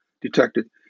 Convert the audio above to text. detected